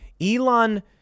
Elon